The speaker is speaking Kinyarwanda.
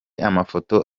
amafoto